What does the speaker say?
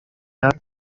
are